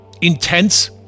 intense